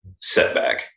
setback